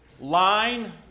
line